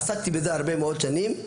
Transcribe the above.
עסקתי בזה הרבה מאוד שנים,